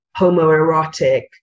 homoerotic